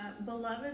Beloved